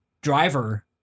Driver